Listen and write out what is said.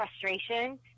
frustration